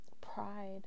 pride